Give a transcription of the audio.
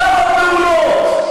כמה פעולות.